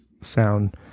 sound